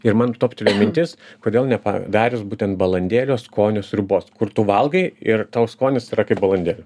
ir man toptelėjo mintis kodėl nepadarius būtent balandėlių skonio sriubos kur tu valgai ir tau skonis yra kaip balandėlių